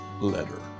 Letter